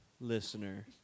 listener